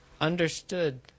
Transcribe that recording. understood